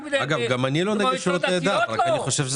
רק במועצות דתיות לא?